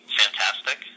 fantastic